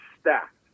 stacked